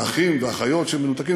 ואחים ואחיות שמנותקים,